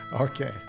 Okay